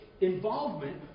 involvement